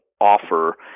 offer